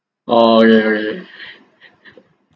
oh yeah yeah